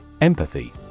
Empathy